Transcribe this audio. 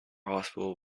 hospital